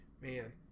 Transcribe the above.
Man